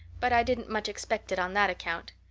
but i didn't much expect it on that account.